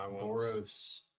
Boros